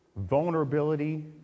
vulnerability